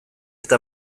eta